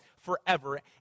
forever